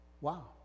Wow